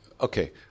okay